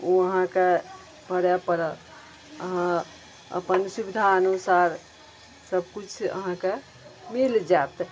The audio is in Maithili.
ओ अहाँकेॅं पड़ए पड़त अहाँ अपन सुबिधा अनुसार सबकिछु अहाँकेॅं मिल जएत